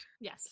Yes